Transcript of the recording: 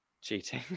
cheating